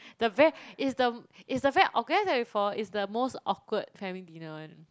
the ver~ it's the it's the very for it's the most awkward family dinner [one]